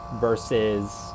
versus